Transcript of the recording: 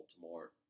Baltimore